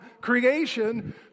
creation